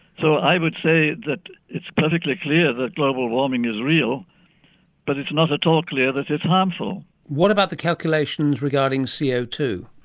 so i would say that it's perfectly clear that global warming is real but it's not at all clear that it's harmful. what about the calculations regarding co ah two?